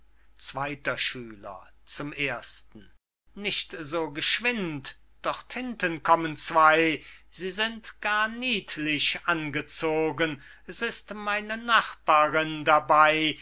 zweyter schüler zum ersten nicht so geschwind dort hinten kommen zwey sie sind gar niedlich angezogen s ist meine nachbarin dabey